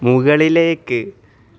മുകളിലേക്ക്